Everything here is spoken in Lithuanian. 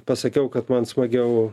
pasakiau kad man smagiau